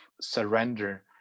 surrender